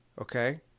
Okay